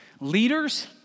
Leaders